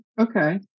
Okay